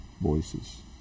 voices